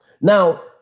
Now